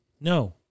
No